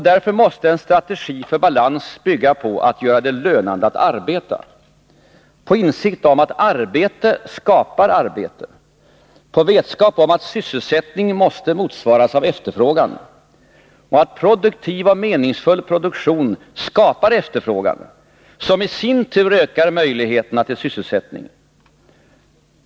Därför måste en strategi för balans bygga på att göra det lönande att arbeta, på insikt om att arbete skapar arbete, på vetskap om att sysselsättningen måste motsvaras av efterfrågan och att produktiv och meningsfull produktion skapar efterfrågan, som i sin tur ökar möjligheterna till sysselsättning.